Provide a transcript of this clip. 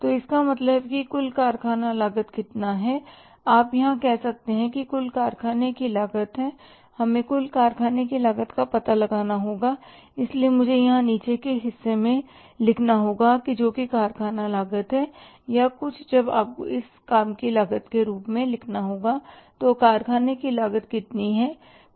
तो इसका मतलब है कि कुल कारखाना लागत कितना है आप यहाँ कह सकते हैं कि कुल कारखाने की लागत है हमें कुल कारखाने की लागत का पता लगाना होगा इसलिए मुझे यहाँ नीचे के हिस्से में लिखना होगा जो कि कारखाना लागत है या कुछ जब आपको इसे काम की लागत के रूप में लिखना होगा तो कारखाने की लागत कितनी है